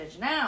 now